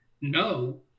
no